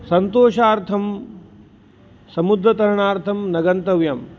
सन्तोषार्थं समुद्रतरणार्थं न गन्तव्यम्